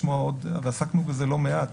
עסקנו בזה לא מעט.